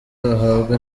bahabwa